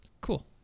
Cool